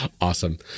awesome